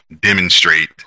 demonstrate